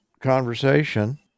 conversation